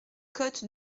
côte